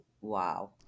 Wow